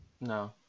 No